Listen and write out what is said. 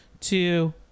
Two